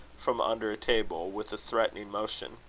from under a table, with a threatening motion.